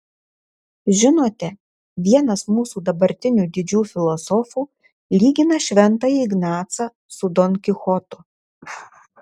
žinote vienas mūsų dabartinių didžių filosofų lygina šventąjį ignacą su don kichotu